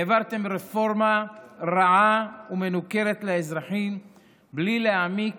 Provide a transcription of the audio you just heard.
העברתם רפורמה רעה ומנוכרת לאזרחים בלי להעמיק